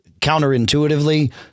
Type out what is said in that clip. counterintuitively